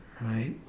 Right